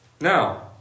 now